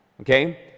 okay